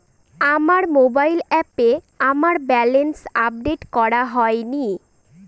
আমার মোবাইল অ্যাপে আমার ব্যালেন্স আপডেট করা হয়নি